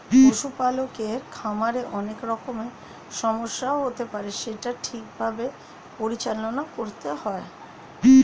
পশু পালকের খামারে অনেক রকমের সমস্যা হতে পারে সেটা ঠিক ভাবে পরিচালনা করতে হয়